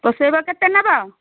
ପୋଷେଇବ କେତେ ନେବ